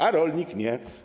A rolnik nie.